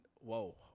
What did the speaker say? Whoa